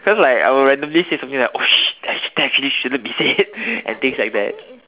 cause like I would randomly say something like oh shit that that actually shouldn't be said and things like that